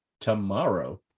tomorrow